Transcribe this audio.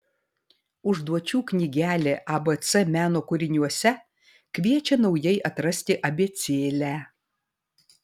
užduočių knygelė abc meno kūriniuose kviečia naujai atrasti abėcėlę